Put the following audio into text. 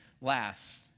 last